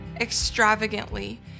extravagantly